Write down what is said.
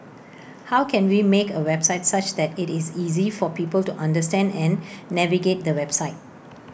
how can we make A website such that IT is easy for people to understand and navigate the website